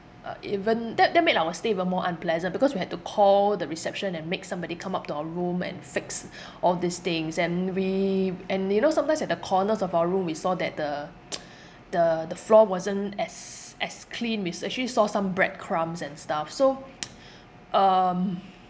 uh even that that made our stay even more unpleasant because we had to call the reception and make somebody come up to our room and fix all these things and we and you know sometimes at the corners of our room we saw that the the the floor wasn't as as clean we s~ actually saw some bread crumbs and stuff so um